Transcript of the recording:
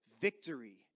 victory